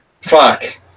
Fuck